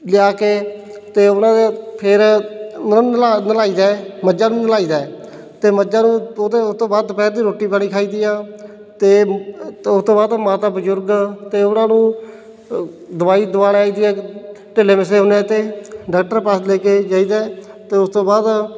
ਲਿਆ ਕੇ ਅਤੇ ਉਹਨਾਂ ਦੇ ਫਿਰ ਉਹਨਾਂ ਨੂੰ ਨਲ਼ਾ ਨਲ਼ਾਈਦਾ ਮੱਝਾਂ ਨੂੰ ਨਲ਼ਾਈਦਾ ਅਤੇ ਮੱਝਾਂ ਨੂੰ ਉਹ ਤ ਉਹ ਤੋਂ ਬਾਅਦ ਦੁਪਹਿਰ ਦੀ ਰੋਟੀ ਪਾਣੀ ਖਾਈ ਦੀ ਆ ਅਤੇ ਉਸ ਤੋਂ ਬਾਅਦ ਮਾਤਾ ਬਜ਼ੁਰਗ ਅਤੇ ਉਹਨਾਂ ਨੂੰ ਦਵਾਈ ਦਵਾਣ ਆਈ ਦੀ ਆ ਢਿੱਲੇ ਮਿੱਸੇ ਹੁੰਦੇ ਆ ਅਤੇ ਡਾਕਟਰ ਪਾਸ ਲੈ ਕੇ ਜਾਈਦਾ ਅਤੇ ਉਸ ਤੋਂ ਬਾਅਦ